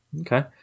Okay